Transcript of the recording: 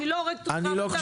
אני לא הורגת את השליח.